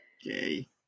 yay